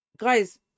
guys